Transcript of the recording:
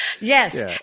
Yes